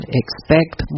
expect